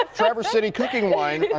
ah traverse city cooking wine.